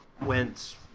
went